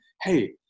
hey